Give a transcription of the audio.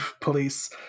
police